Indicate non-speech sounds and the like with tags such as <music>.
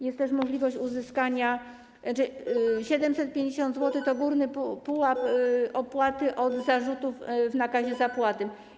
Jest też możliwość uzyskania... <noise> 750 zł to górny pułap opłaty od zarzutów w nakazie zapłaty.